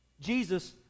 Jesus